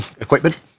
equipment